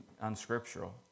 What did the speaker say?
unscriptural